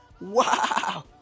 Wow